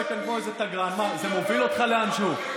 דוגמה ומופת?